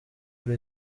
kuri